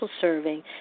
serving